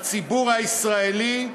הציבור הישראלי,